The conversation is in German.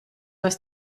ist